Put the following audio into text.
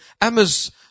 Emma's